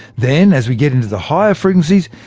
then as we get into the higher frequencies,